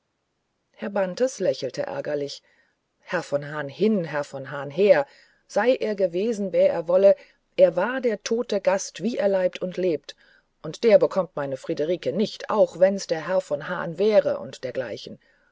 herr bantes lächelte ärgerlich herr von hahn hin herr von hahn her sei er gewesen wer er wolle er war der tote gast wie er leibt und lebt und der bekommt meine friederike nicht auch wenn's der herr von hahn wäre und dergleichen